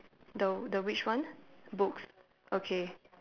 the the which one books okay